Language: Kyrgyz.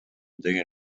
деген